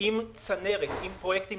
אני מדבר על משרד האנרגיה.